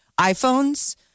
iPhones